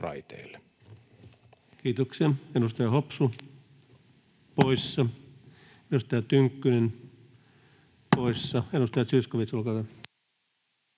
Kiitoksia. — Edustaja Hopsu poissa, edustaja Tynkkynen poissa. — Edustaja Zyskowicz, olkaa